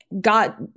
got